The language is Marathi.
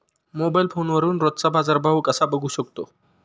मोबाइल फोनवरून रोजचा बाजारभाव कसा बघू शकतो?